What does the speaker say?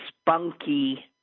spunky